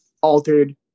altered